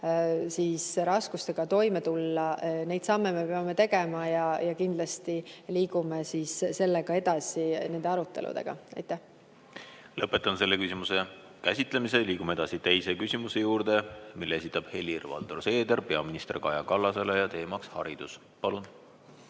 raskustega toime tulla. Neid samme me peame tegema ja me kindlasti liigume nende aruteludega edasi. Lõpetan selle küsimuse käsitlemise. Liigume edasi teise küsimuse juurde, mille esitab Helir-Valdor Seeder peaminister Kaja Kallasele. Teema on haridus. Palun!